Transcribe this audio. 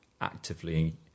actively